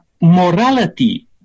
morality